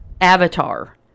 Avatar